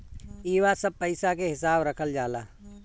इहवा सब पईसा के हिसाब रखल जाला